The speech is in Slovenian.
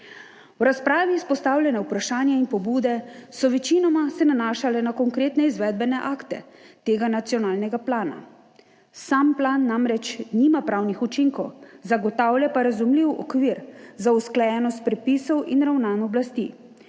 V razpravi izpostavljena vprašanja in pobude so se večinoma nanašale na konkretne izvedbene akte tega nacionalnega plana. Sam plan namreč nima pravnih učinkov, zagotavlja pa razumljiv okvir za usklajenost predpisov in ravnanj oblasti.